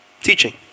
Teaching